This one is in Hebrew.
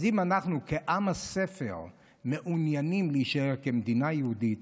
אז אם אנחנו כעם הספר מעוניינים להישאר כמדינה יהודית,